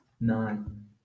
nine